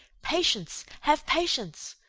patience! have patience!